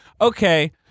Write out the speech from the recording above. okay